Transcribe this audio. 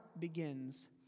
begins